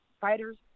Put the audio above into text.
fighters